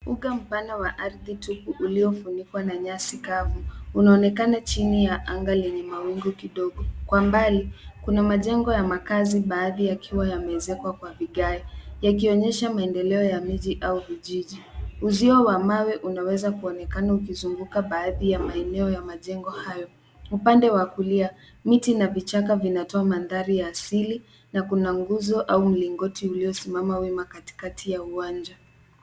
Mbuga mpana wa ardhi tupu uliofunikwa na nyasi kavu unaonekana chini ya anga lenye mawingu kidogo. Kwa mbali, kuna majengo ya makaazi baadhi yakiwa yameezekwa kwa vigae, yakionyesha maendeleo ya miji au vijiji. Uzio wa mawe unaweza kuonekana ukizunguka baadhi ya maeneo ya majengo hayo. Upande wa kulia, miti na vichaka vinatoa mandhari ya asili na kuna nguzo au mlingoti uliosimama wima katikati ya uwanja.